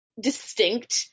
distinct